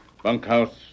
Bunkhouse